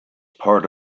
part